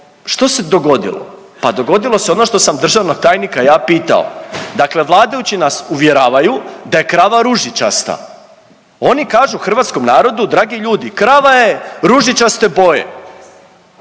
što se dogodilo? Pa dogodilo se ono što sam državnog tajnika ja pitao, dakle vladajući nas uvjeravaju da je krava ružičasta, oni kažu hrvatskom narodu dragi ljudi, krava je ružičaste boje